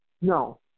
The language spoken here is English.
No